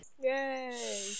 Yay